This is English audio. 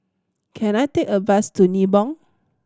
can I take a bus to Nibong